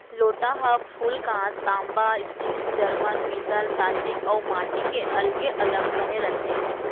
लोटा ह फूलकांस, तांबा, स्टील, जरमन, पीतल प्लास्टिक अउ माटी के अलगे अलग बने रथे